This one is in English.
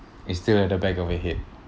is still at the back of your head